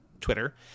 twitter